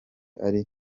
ari